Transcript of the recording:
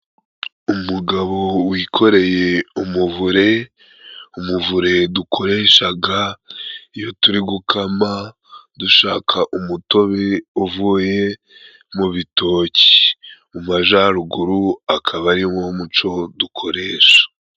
Umugabo wikoreye umuvure, umuvure dukoreshaga iyo turi gukama dushaka umutobe uvuye mu bitoki, mu majaruguru akaba ariwo muco dukoresha.